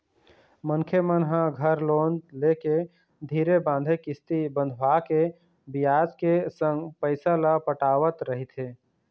मनखे मन ह घर लोन लेके धीरे बांधे किस्ती बंधवाके बियाज के संग पइसा ल पटावत रहिथे